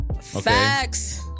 Facts